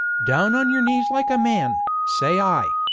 down on your knees like a man, say i!